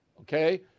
okay